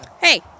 Hey